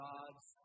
God's